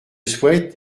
souhaite